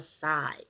side